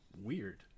weird